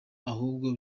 ahubwo